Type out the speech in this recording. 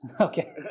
Okay